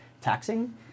taxing